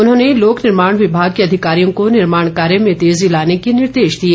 उन्होंने लोक निर्माण विभाग के अधिकारियों को निर्माण कार्य में तेजी लाने के निर्देश दिए